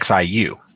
XIU